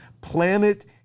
planet